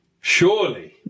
surely